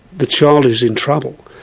the child is in trouble.